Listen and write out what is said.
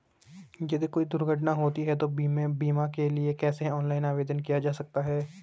यदि कोई दुर्घटना होती है तो बीमे के लिए कैसे ऑनलाइन आवेदन किया जा सकता है?